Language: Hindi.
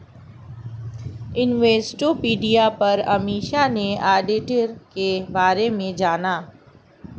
इन्वेस्टोपीडिया पर अमीषा ने ऑडिटर के बारे में जाना